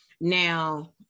now